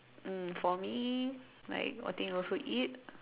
um for me like I think also eat